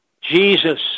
Jesus